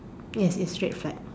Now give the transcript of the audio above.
yes yes straight side